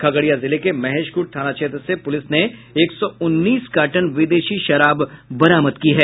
खगड़िया जिले के महेशखूंट थाना क्षेत्र से पुलिस ने एक सौ उन्नीस कार्टन विदेशी शराब बरामद की है